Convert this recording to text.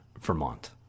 Vermont